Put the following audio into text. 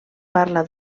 parla